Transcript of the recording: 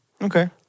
Okay